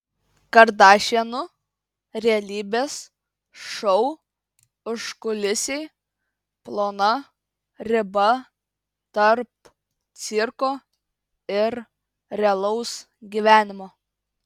kardašianų realybės šou užkulisiai plona riba tarp cirko ir realaus gyvenimo